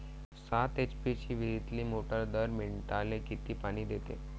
सात एच.पी ची विहिरीतली मोटार दर मिनटाले किती पानी देते?